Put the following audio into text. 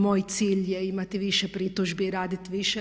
Moj cilj je imati više pritužbi, radit više.